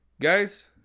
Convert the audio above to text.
guys